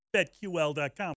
BetQL.com